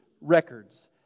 records